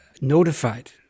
notified